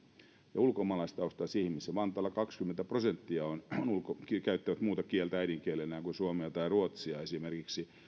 ja ulkomaalaistaustaisia ihmisiä vantaalla kaksikymmentä prosenttia käyttää muuta kieltä äidinkielenään kuin suomea tai ruotsia esimerkiksi